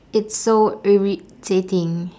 it's so irritating